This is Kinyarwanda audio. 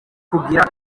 kugira